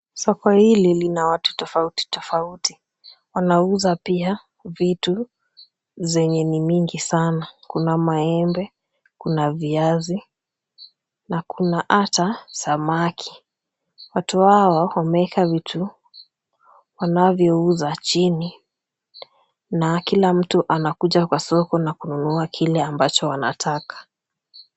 Soko hili lina watu tofauti tofauti, wanauza pia vitu zenye ni mingi sana. Kuna maembe, kuna viazi na kuna ata samaki. Watu hawa wameeka vitu wanavyouza chini na kila mtu anakuja kwa soko na kununua kile ambacho anataka.